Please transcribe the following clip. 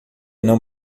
não